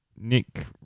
Nick